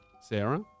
Sarah